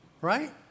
right